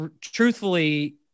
truthfully